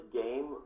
game